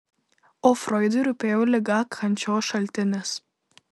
o froidui rūpėjo liga kančios šaltinis